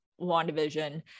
WandaVision